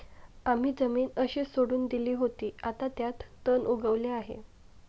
आम्ही जमीन अशीच सोडून दिली होती, आता त्यात तण उगवले आहे